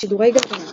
שידורי גלגלצ